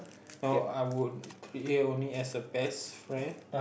so I would behave only as a best friend